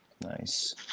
Nice